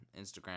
Instagram